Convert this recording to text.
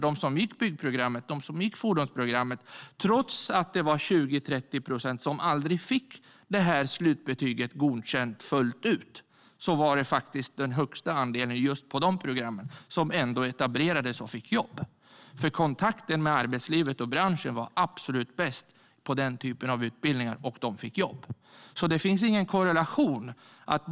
Dessa visar att det var de som gick just byggprogrammet och fordonsprogrammet, trots att det var 20-30 procent som aldrig fick slutbetyget Godkänd fullt ut, som utgjorde den största andelen som etablerades och fick jobb. Kontakten med arbetslivet och branschen var absolut bäst på denna typ av utbildningar, och de fick jobb. Det finns alltså ingen korrelation här.